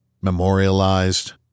memorialized